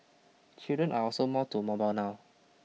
children are also more to mobile now